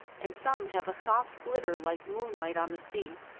and some have a soft glitter like moonlight on the sea.